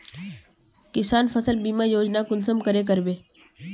किसान फसल बीमा योजना कुंसम करे करबे?